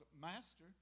master